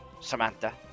Samantha